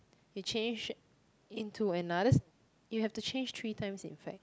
you change into another you have to change three times in fact